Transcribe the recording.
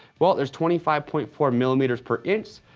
well, there's twenty five point four millimeters per inch,